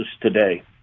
today